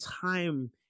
time